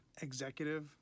executive